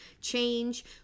change